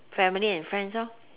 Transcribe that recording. family and friends lor